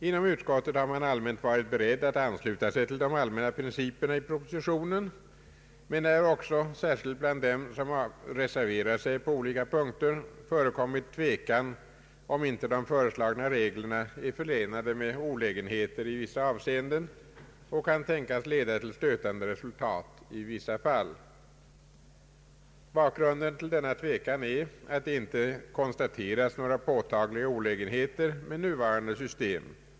Inom utskottet har man allmänt varit beredd att ansluta sig till de allmänna principerna i propositionen, men det har också särskilt bland dem som reserverat sig på olika punkter förekommit tvekan om inte de föreslagna reglerna är förenade med olägenheter i vissa avseenden och kan tänkas leda till stötande resultat i vissa fall. Bakgrunden till denna tvekan är att det inte konstaterats några påtagliga olägenheter med nuvarande system.